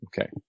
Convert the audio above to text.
Okay